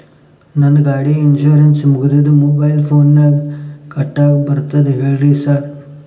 ನಂದ್ ಗಾಡಿದು ಇನ್ಶೂರೆನ್ಸ್ ಮುಗಿದದ ಮೊಬೈಲ್ ಫೋನಿನಾಗ್ ಕಟ್ಟಾಕ್ ಬರ್ತದ ಹೇಳ್ರಿ ಸಾರ್?